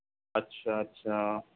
अछा अछा